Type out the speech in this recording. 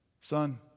Son